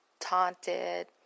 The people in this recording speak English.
taunted